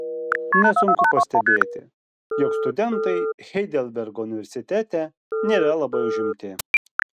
nesunku pastebėti jog studentai heidelbergo universitete nėra labai užimti